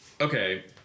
okay